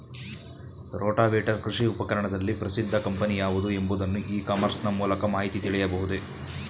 Rotavator ಕೃಷಿ ಉಪಕರಣದಲ್ಲಿ ಪ್ರಸಿದ್ದ ಕಂಪನಿ ಯಾವುದು ಎಂಬುದನ್ನು ಇ ಕಾಮರ್ಸ್ ನ ಮೂಲಕ ಮಾಹಿತಿ ತಿಳಿಯಬಹುದೇ?